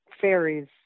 fairies